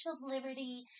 Liberty